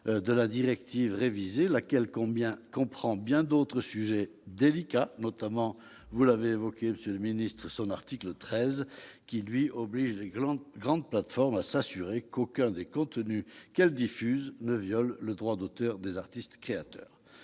de la directive révisée, laquelle comprend bien d'autres sujets délicats, notamment dans son article 13, qui oblige les grandes plateformes à s'assurer qu'aucun des contenus qu'elles diffusent ne viole le droit d'auteur des artistes créateurs.